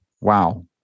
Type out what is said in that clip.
wow